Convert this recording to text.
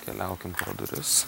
keliaukim pro duris